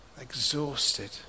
Exhausted